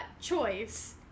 choice